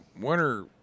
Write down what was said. winter